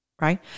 right